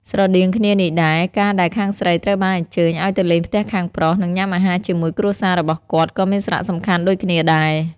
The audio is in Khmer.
ស្រដៀងគ្នានេះដែរ ការដែលខាងស្រីត្រូវបានអញ្ជើញឲ្យទៅលេងផ្ទះខាងប្រុស និងញ៉ាំអាហារជាមួយគ្រួសាររបស់គាត់ ក៏មានសារៈសំខាន់ដូចគ្នាដែរ។